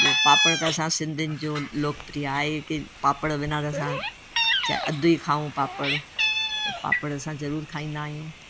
ॿियों पापड़ त असां सिंधियुनि जो लोकप्रिय आहे ई कि पापड़ बिना त असां चाहे अधु ई खाऊं पापड़ पापड़ असां ज़रूरु खाईंदा आहियूं